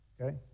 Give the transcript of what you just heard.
okay